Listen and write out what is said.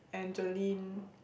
and Jolene